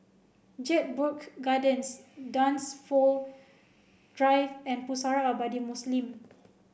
Jedburgh Gardens Dunsfold Drive and Pusara Abadi Muslim